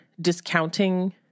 discounting